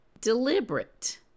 deliberate